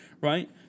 right